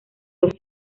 los